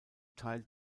teil